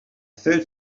third